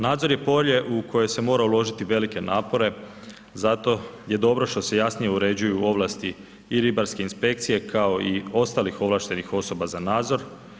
Nadzor je polje u koje se mora uložiti velike napore, zato je dobro što se jasnije uređuju ovlasti i ribarske inspekcije kao i ostalih ovlaštenih osoba za nadzor.